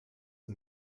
the